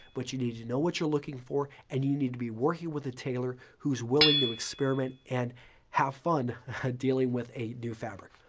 you need to know what you're looking for and you need to be working with a tailor who's willing to experiment and have fun dealing with a new fabric.